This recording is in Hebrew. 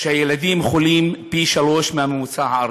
שהילדים חולים פי שלושה מהממוצע הארצי,